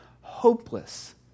hopeless